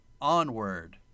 onward